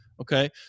Okay